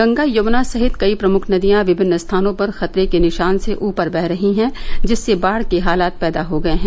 गंगा यमुना सहित कई प्रमुख नदियां विभिन्न स्थानों पर खतरे के निशान से ऊपर बह रही हैं जिससे बाढ़ के हालात पैदा हो गये हैं